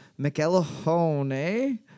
McElhone